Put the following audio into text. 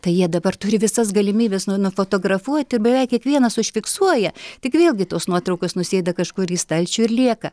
tai jie dabar turi visas galimybes nu nufotografuoti beveik kiekvienas užfiksuoja tik vėlgi tos nuotraukos nusėda kažkur į stalčių ir lieka